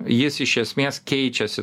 jis iš esmės keičiasi